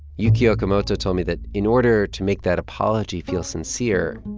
yukio okamoto told me that in order to make that apology feel sincere,